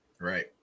Right